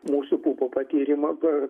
mūsų pupo patyrimą